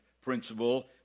principle